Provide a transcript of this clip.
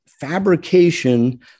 fabrication